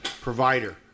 provider